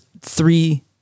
three